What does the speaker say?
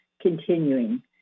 Continuing